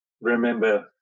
remember